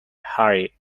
harry